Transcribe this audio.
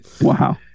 wow